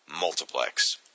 Multiplex